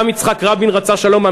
גם יצחק רבין רצה שלום.